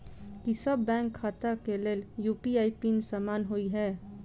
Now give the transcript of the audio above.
की सभ बैंक खाता केँ लेल यु.पी.आई पिन समान होइ है?